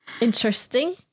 interesting